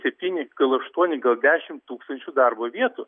septyni gal aštuoni gal dešimt tūkstančių darbo vietų